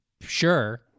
sure